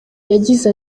yagize